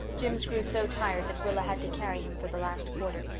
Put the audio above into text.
jims grew so tired that rilla had to carry him for the last quarter.